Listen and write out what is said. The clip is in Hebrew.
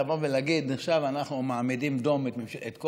לבוא ולהגיד: עכשיו אנחנו מעמידים דום את כל